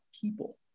people